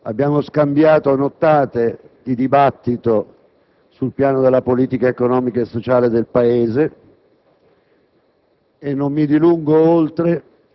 come collaboratore. Abbiamo trascorso nottate di dibattito sul piano della politica economica e sociale del Paese.